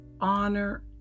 honor